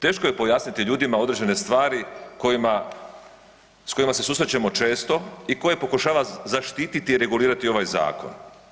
Teško je pojasniti ljudima određene stvari s kojima se susrećemo često i koje pokušava zaštititi i regulirati ovaj Zakon.